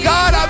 God